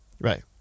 Right